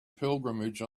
pilgrimage